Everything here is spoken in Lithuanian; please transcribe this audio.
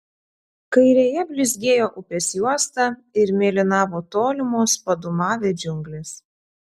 kairėje blizgėjo upės juosta ir mėlynavo tolimos padūmavę džiunglės